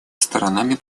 сторонами